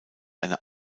eine